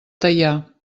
teià